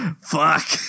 Fuck